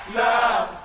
love